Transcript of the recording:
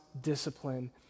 discipline